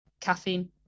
caffeine